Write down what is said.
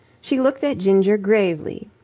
she looked at ginger gravely.